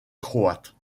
croate